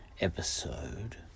episode